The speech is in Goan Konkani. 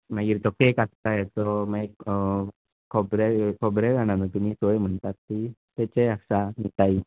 मागीर तो केक आसता हाचो खबरे जाणां न्हय तुमी सय म्हणटा ती तेचे आसा मिठाई